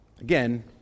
Again